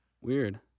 Weird